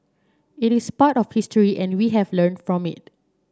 it is part of history and we have learned from it